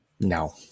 No